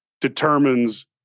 determines